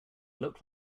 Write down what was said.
look